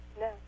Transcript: No